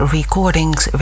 Recordings